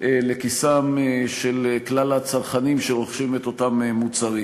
לכיסם של כלל הצרכנים שרוכשים את אותם מוצרים.